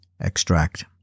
extract